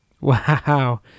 Wow